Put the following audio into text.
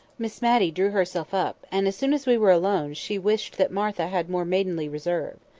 miss matty drew herself up, and as soon as we were alone, she wished that martha had more maidenly reserve.